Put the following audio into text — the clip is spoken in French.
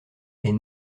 est